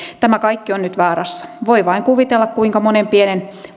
tämä kaikki on nyt vaarassa voin vain kuvitella kuinka monen pienen